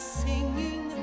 singing